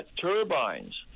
turbines